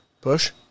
Push